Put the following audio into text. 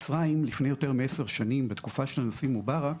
מצרים לפני יותר מעשר שנים בתקופה של הנשיא מובארק